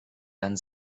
dann